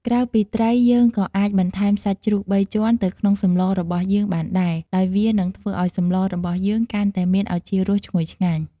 ក្រៅពីត្រី យើងក៏អាចបន្ថែមសាច់ជ្រូកបីជាន់ទៅក្នុងសម្លរបស់យើងបានដែរ ដោយវានឹងធ្វើឱ្យសម្លរបស់យើងកាន់តែមានឱជារសឈ្ងុយឆ្ងាញ់។